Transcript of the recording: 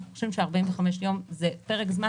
אנחנו חושבים ש-45 ימים זה פרק זמן